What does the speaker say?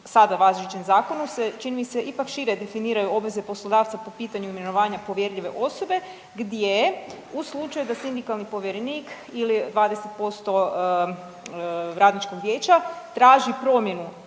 sada važećem zakonu se, čini mi se, ipak šire definiraju obveze poslodavca po pitanju imenovanja povjerljive osobe gdje u slučaju da sindikalni povjerenik ili 20% radničkog vijeća traži promjenu